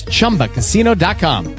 ChumbaCasino.com